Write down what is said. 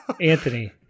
Anthony